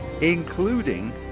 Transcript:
including